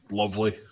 lovely